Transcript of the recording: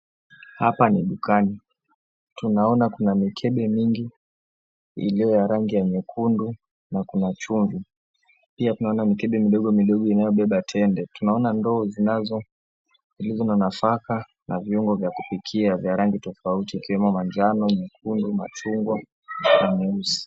Hapa ni dukani. Tunaona kuna mikebe mingi ilio ya rangi ya nyekundu na kuna chumvi. Pia tunaona mikebe midogo midogo inayobeba tende. Tunaona ndoo zilizo na nafaka na viungo vya kupikia vya rangi tofauti ikiwemo manjano, mekundu, machungwa na nyeusi.